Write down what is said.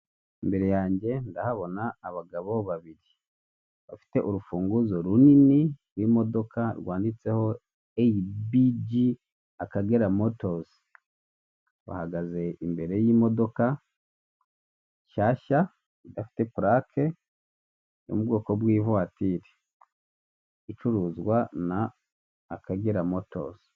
Imbere yanjye ndahabona abagabo babiri, bafite urufunguzo runini rw'imodoka rwanditseho ayi bi gi akagera motozi bahagaze imbere y'imodoka nshyashya idafite pulake yo mu bwoko bw'ivatiri icuruzwa n'akagera motozi